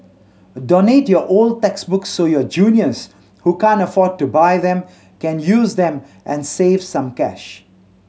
donate your old textbooks so your juniors who can't afford to buy them can use them and save some cash